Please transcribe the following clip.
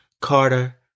Carter